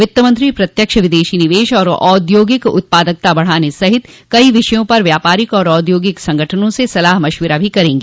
वित्त मंत्री प्रत्यक्ष विदेशी निवेश और औद्योगिक उत्पादकता बढ़ाने सहित कई विषयों पर व्यापारिक और औद्योगिक संगठनों से सलाह मशविरा भी करेंगी